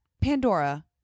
Pandora